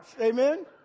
amen